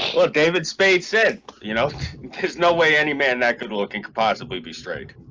what david spade said you know there's no way any man that good-looking could possibly be straight